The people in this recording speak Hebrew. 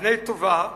אבני טובה,